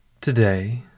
Today